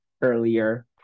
earlier